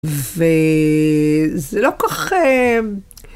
ו... זה לא כל כך...